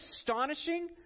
astonishing